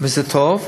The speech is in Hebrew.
וזה טוב.